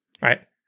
right